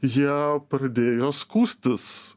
jie pradėjo skųstis